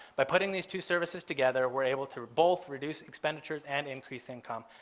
by putting these two services together, we're able to both reduce expenditures and increase income.